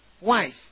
wife